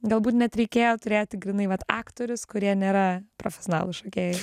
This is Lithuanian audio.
galbūt net reikėjo turėti grynai vat aktorius kurie nėra profesionalūs šokėjai